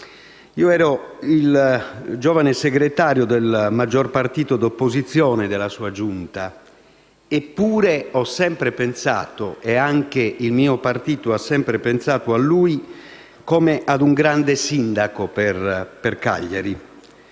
Io ero il giovane segretario del maggior partito di opposizione della sua giunta, eppure ho sempre pensato e anche il mio partito ha sempre pensato a lui come ad un grande sindaco per Cagliari.